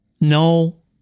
No